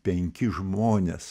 penki žmonės